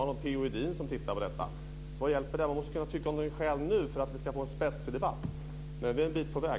P-O Edin tittar på detta. Vad hjälper det? Man måste kunna tycka något själv nu om vi ska få en spetsig debatt. Men vi är en bit på väg.